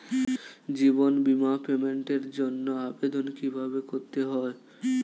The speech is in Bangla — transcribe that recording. জীবন বীমার পেমেন্টের জন্য আবেদন কিভাবে করতে হয়?